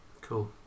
Cool